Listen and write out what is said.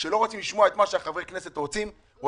כשלא רוצים לשמוע את מה שחברי הכנסת רוצים לשנות,